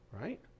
Right